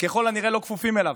ככל הנראה לא כפופים אליו,